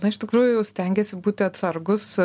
na iš tikrųjų stengiasi būti atsargūs